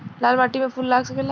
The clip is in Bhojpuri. लाल माटी में फूल लाग सकेला?